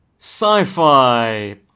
Sci-Fi